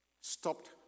stopped